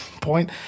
point